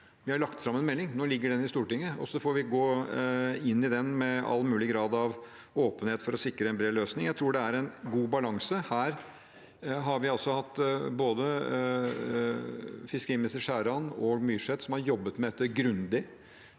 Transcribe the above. vi har lagt fram en melding. Nå ligger den i Stortinget. Og så får vi gå inn i den med all mulig grad av åpenhet for å sikre en bred løsning. Jeg tror det er en god balanse. Vi har hatt både fiskeriminister Skjæran og fiskeriminister Myrseth som har jobbet grundig